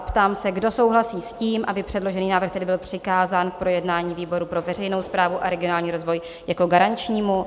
Ptám se, kdo souhlasí s tím, aby předložený návrh byl přikázán k projednání výboru pro veřejnou správu a regionální rozvoj jako garančnímu?